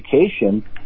education